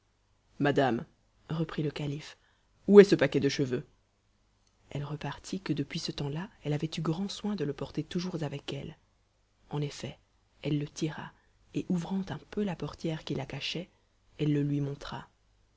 madame reprit le calife où est ce paquet de cheveux elle repartit que depuis ce temps-là elle avait eu grand soin de le porter toujours avec elle en effet elle le tira et ouvrant un peu la portière qui la cachait elle le lui montra